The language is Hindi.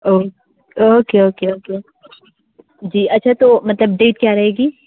okay okay okay okay okay अच्छा तो मतलब डेट क्या रहेगी